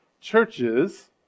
churches